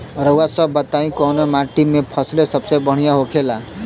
रउआ सभ बताई कवने माटी में फसले सबसे बढ़ियां होखेला?